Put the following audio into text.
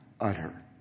utter